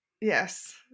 yes